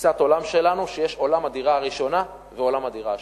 ובתפיסת העולם שלנו שיש עולם הדירה הראשונה ועולם הדירה השנייה.